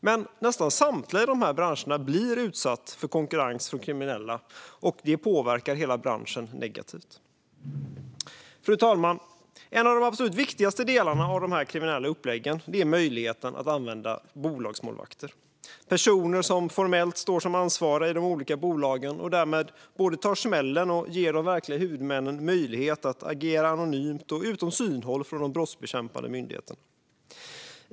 Men nästan samtliga i de här branscherna blir utsatta för konkurrens från kriminella, och det påverkar hela branscherna negativt. Fru talman! En av de absolut viktigaste delarna av de här kriminella uppläggen är möjligheten att använda bolagsmålvakter. Det är personer som formellt står som ansvariga i de olika bolagen och därmed både tar smällen och ger de verkliga huvudmännen möjlighet att agera anonymt och utom synhåll för de brottsbekämpande myndigheterna.